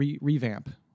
revamp